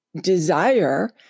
desire